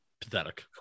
pathetic